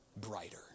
brighter